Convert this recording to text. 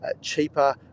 cheaper